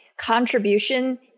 contribution